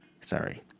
Sorry